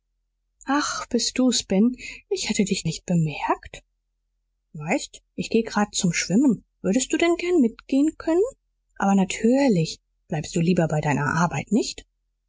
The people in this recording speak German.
ach bist du's ben ich hatte dich nicht bemerkt weißt ich geh grad zum schwimmen würdest du gern mitgehen können aber natürlich bleibst du lieber bei deiner arbeit nicht